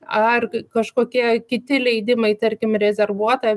ar kažkokie kiti leidimai tarkim rezervuota